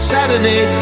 Saturday